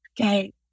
Okay